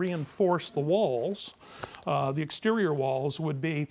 reinforce the walls the exterior walls would be